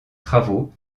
travaux